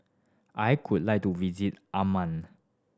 I could like to visit Amman